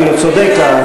החוק אפילו, צודק.